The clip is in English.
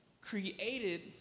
created